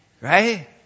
Right